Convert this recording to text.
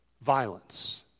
Violence